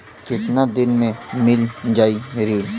कितना दिन में मील जाई ऋण?